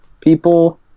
people